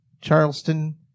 Charleston